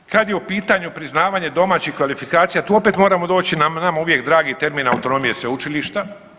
Kad je u pitanju priznavanje domaćih kvalifikacija, tu opet moramo doći na nama uvijek dragi termin autonomije sveučilišta.